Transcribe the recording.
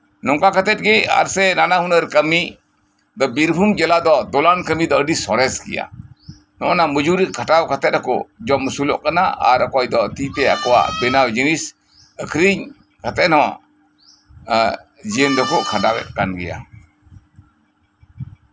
ᱱᱚᱝᱠᱟ ᱠᱟᱛᱮᱫ ᱜᱮ ᱥᱮ ᱱᱟᱱᱟ ᱦᱩᱱᱟᱹᱨ ᱠᱟᱹᱢᱤ ᱵᱤᱨᱵᱷᱩᱢ ᱡᱮᱞᱟ ᱫᱚ ᱫᱚᱞᱟᱱ ᱠᱟᱹᱢᱤ ᱫᱚ ᱥᱚᱨᱮᱥ ᱜᱮᱭᱟ ᱱᱚᱜ ᱚᱭ ᱱᱚᱶᱟ ᱢᱩᱡᱩᱨᱤ ᱠᱷᱟᱴᱟᱣ ᱠᱟᱛᱮᱫ ᱦᱚᱸᱠᱚ ᱡᱚᱢ ᱟᱥᱩᱞᱚᱜ ᱠᱟᱱᱟ ᱟᱨ ᱚᱠᱚᱭ ᱫᱚ ᱛᱤ ᱛᱮ ᱵᱮᱱᱟᱣ ᱡᱤᱱᱤᱥ ᱟᱠᱷᱨᱤᱧ ᱠᱟᱛᱮᱫ ᱦᱚᱸ ᱡᱤᱭᱚᱱ ᱫᱚᱠᱚ ᱠᱷᱟᱸᱰᱟᱣ ᱮᱫ ᱜᱮᱭᱟ